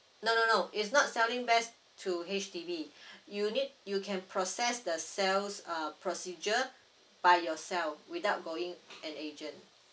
no no no it's not selling best to H_D_B you need you can process the sales uh procedure by yourself without going an agent